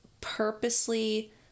purposely